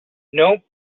nope